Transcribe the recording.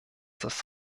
das